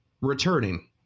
returning